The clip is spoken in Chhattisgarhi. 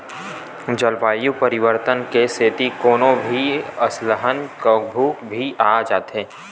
जलवायु परिवर्तन के सेती कोनो भी अलहन कभू भी आ जाथे